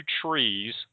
trees